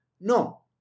No